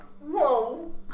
Whoa